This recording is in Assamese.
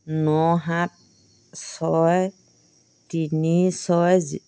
ন সাত ছয় তিনি ছয়